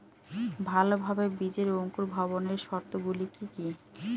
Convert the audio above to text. ভালোভাবে বীজের অঙ্কুর ভবনের শর্ত গুলি কি কি?